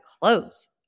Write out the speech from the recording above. close